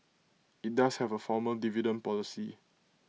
IT does have A formal dividend policy